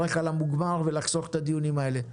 כך ונשמח לחסוך את הדיונים האלה.